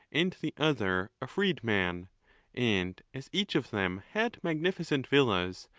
and the other a freedman and as each of them had magnificent villas,